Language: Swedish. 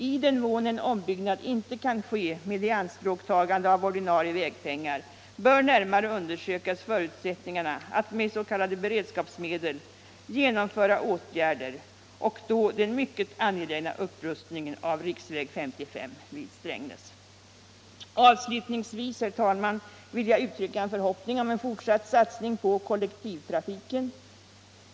I den mån en ombyggnad inte kan ske med ianspråktagande av ordinarie vägpengar bör förutsätt Avslutningsvis, herr talman, vill jag uttrycka en förhoppning om en fortsatt satsning på kollektivtrafiken.